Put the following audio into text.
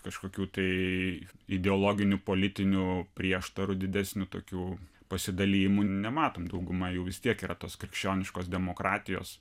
kažkokių tai ideologinių politinių prieštarų didesnių tokių pasidalijimų nematom dauguma jų vis tiek yra tos krikščioniškos demokratijos